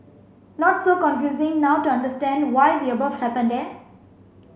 not so confusing now to understand why the above happened eh